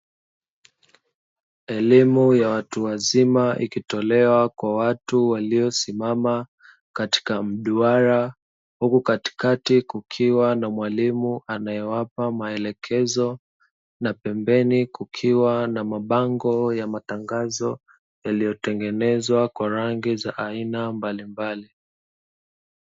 Elimu ya watu wazima ikitolewa kwa watu waliosimama katika mduara, huku katikati kukiwa na mwalimu anaewapa maelekezo, na pembeni kukiwa na mabango ya matangazo yaliyotengenezwa kwa rangi za aina mbalimbali.